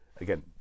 Again